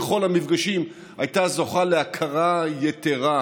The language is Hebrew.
בכל המפגשים, הייתה זוכה להכרה יתרה.